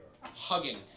hugging